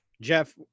Jeff